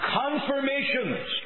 confirmations